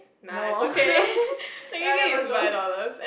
no then I'll never go